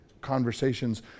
conversations